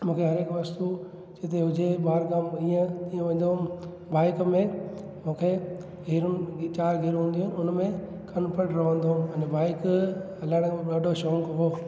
मूंखे हर हिकु वस्तु जिते हुजे बारगाम हीअं हीअं वेंदो हुउमि बाइक में मूंखे हीरो जी चार गेयर हूंदियूं हुन में कम्फट रहंदो हुओ अने बाइक हलाइण में ॾाढो शौक़ु होण